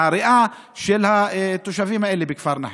החמצן והריאה של התושבים האלה בכפר נחף.